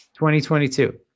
2022